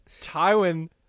Tywin